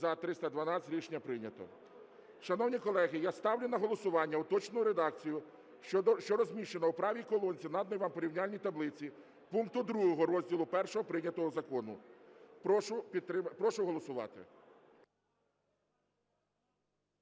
За-312 Рішення прийнято. Шановні колеги, я ставлю на голосування уточнену редакцію, що розміщена у правій колонці наданої вам порівняльної таблиці, пункту 2 розділу І прийнятого закону. Прошу голосувати.